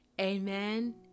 amen